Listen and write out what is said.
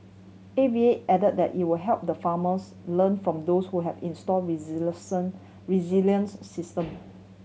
A V A added that it will help the farmers learn from those who have installed resilient system